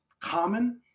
common